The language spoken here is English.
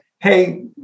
hey